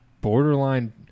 borderline